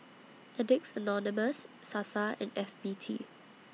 Addicts Anonymous Sasa and F B T